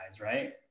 right